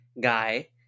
guy